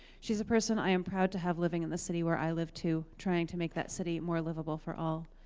she's a person i am proud to have living in the city where i live to, trying to make that city more livable for all.